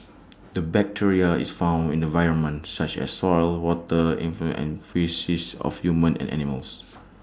the bacteria is found in the environment such as soil water effluents the faeces of humans and animals